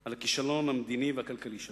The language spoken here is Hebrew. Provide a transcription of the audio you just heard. על הכישלון המדיני והכלכלי שלה,